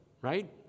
right